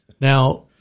Now